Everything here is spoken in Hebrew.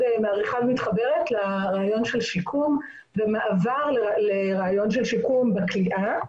מעריכה ומתחברת זה המעבר לרעיון של שיקום בכליאה.